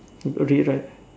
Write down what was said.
okay fine